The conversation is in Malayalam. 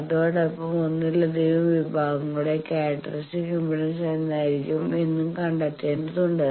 അതോടൊപ്പം ഒന്നിലധികം വിഭാഗങ്ങളുടെ ക്യാരക്റ്ററിസ്റ്റിക് ഇമ്പിഡൻസ് എന്തായിരിക്കും എന്നും കണ്ടെത്തേണ്ടതുണ്ട്